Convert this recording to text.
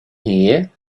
here